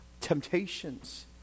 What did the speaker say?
temptations